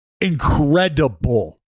Incredible